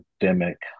pandemic